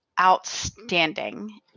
outstanding